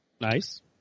Nice